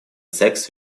sex